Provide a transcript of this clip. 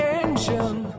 engine